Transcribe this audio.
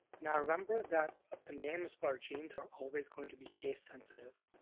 now remember that the names for genes are always going to be case sensitive.